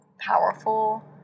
powerful